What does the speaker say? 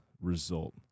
result